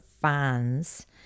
fans